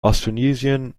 austronesian